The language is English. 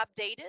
updated